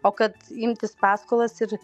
o kad imtis paskolas ir